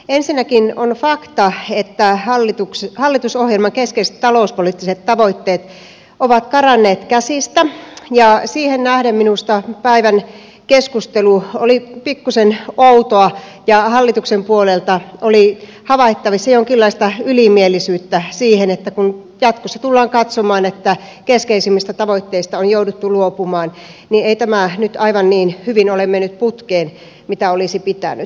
ensinnäkin on fakta että hallitusohjelman keskeiset talouspoliittiset tavoitteet ovat karanneet käsistä ja siihen nähden minusta päivän keskustelu oli pikkuisen outoa ja hallituksen puolelta oli havaittavissa jonkinlaista ylimielisyyttä siihen nähden että jatkossa tullaan katsomaan että keskeisimmistä tavoitteista on jouduttu luopumaan eli ei tämä nyt aivan niin hyvin ole mennyt putkeen kuin olisi pitänyt